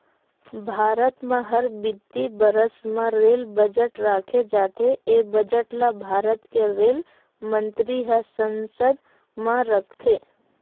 भारत म हर बित्तीय बरस म रेल बजट राखे जाथे ए बजट ल भारत के रेल मंतरी ह संसद म रखथे